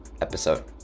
episode